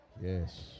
Yes